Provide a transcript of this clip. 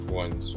ones